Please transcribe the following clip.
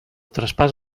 traspàs